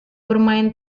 bermain